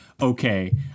okay